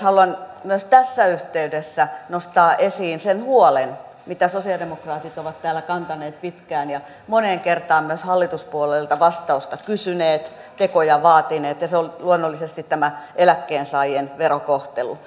haluan myös tässä yhteydessä nostaa esiin sen mistä sosialidemokraatit ovat täällä pitkään huolta kantaneet ja mihin moneen kertaan myös hallituspuolueilta vastausta kysyneet tekoja vaatineet ja se on luonnollisesti tämä eläkkeensaajien verokohtelu